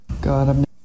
God